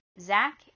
Zach